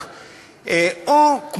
או שנביא בתקנות,